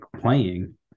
playing